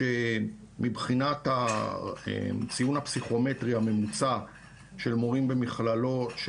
שמבחינת הציון הפסיכומטרי הממוצע של מורים במכללות,